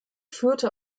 führte